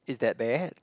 is that bad